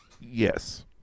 Yes